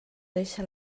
deixa